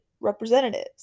representatives